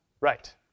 Right